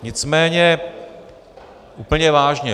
Nicméně úplně vážně.